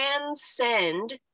transcend